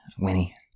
Winnie